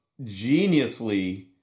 geniusly